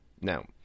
now